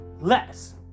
less